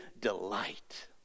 delight